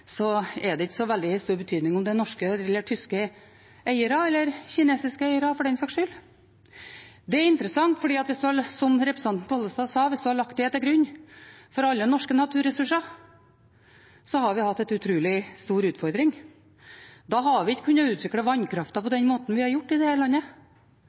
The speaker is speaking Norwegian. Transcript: det ikke så veldig stor betydning om det er norske eller tyske eiere – eller kinesiske eiere, for den saks skyld. Det er interessant fordi, som representanten Pollestad sa, hvis en hadde lagt det til grunn for alle norske naturressurser, hadde vi hatt en utrolig stor utfordring. Da hadde vi ikke kunnet utvikle vannkraften på den måten vi har gjort i dette landet.